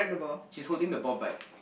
she's holding the ball but